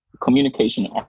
communication